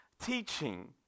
teaching